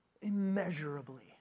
immeasurably